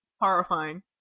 horrifying